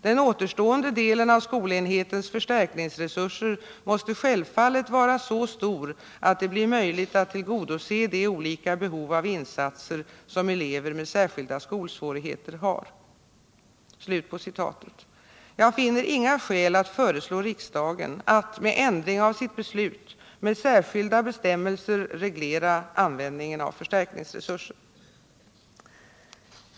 Den återstående delen av skolenhetens förstärkningsresurser måste självfallet vara så stor att det blir möjligt att tillgodose de olika behov av insatser som elever med särskilda skolsvårigheter har.” Jag finner inga skäl att föreslå riksdagen att, med ändring av sitt beslut, med särskilda bestämmelser reglera användningen av förstärkningsresursen.